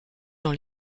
dans